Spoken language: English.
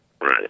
Right